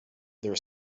their